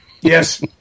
Yes